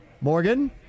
Morgan